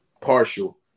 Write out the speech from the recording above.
partial